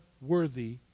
worthy